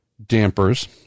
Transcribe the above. dampers